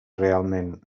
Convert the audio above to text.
realment